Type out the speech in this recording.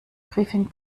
briefing